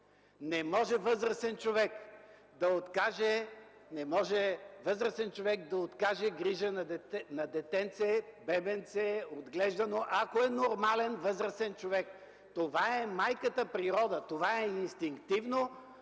Не може възрастен човек да откаже грижа на отглеждано детенце, бебенце, ако е нормален възрастен човек. Това е майката природа. Това е инстинктивно.